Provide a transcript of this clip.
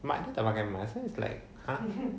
mak dia tak pakai mask so it's like !huh!